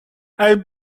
elle